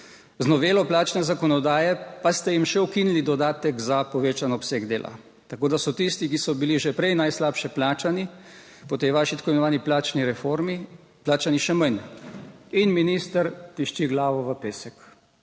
Z novelo plačne zakonodaje pa ste jim še ukinili dodatek za povečan obseg dela, tako da so tisti, ki so bili že prej najslabše plačani, po tej vaši tako imenovani plačni reformi plačani še manj. In minister tišči glavo v pesek.